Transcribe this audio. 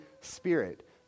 spirit